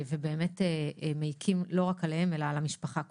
ובאמת מעיקים לא רק עליהם אלא על המשפחה כולה.